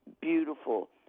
beautiful